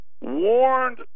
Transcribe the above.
warned